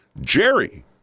Jerry